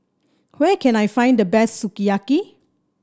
where can I find the best Sukiyaki